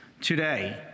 today